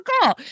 cool